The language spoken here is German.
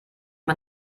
man